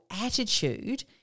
attitude